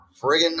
friggin